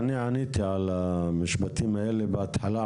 אני עניתי על המשפטים האלה כבר בהתחלה,